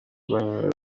rwanyu